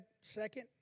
second